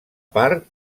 part